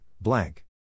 blank